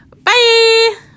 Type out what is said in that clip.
Bye